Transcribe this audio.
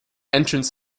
entrance